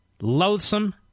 loathsome